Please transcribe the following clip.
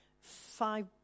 five